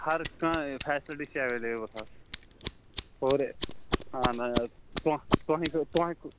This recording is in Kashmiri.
ہر کانٛہہ فیسلٹی چھِ ایویلیبٕل حظ سورُے اَہَن حظ تُہنٛد تُہنٛدِ